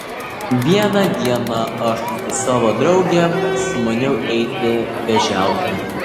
vieną dieną aš su savo draugėm sumaniau eiti vėžiauti